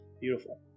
Beautiful